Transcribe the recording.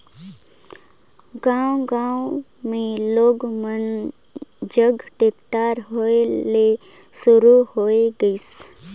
गांव गांव मे लोग मन जघा टेक्टर होय ले सुरू होये गइसे